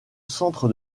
centre